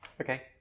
Okay